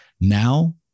Now